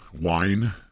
wine